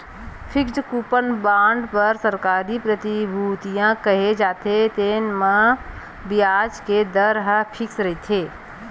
fixed coupon bond बर सरकारी प्रतिभूतिया केहे जाथे, तेन म बियाज के दर ह फिक्स रहिथे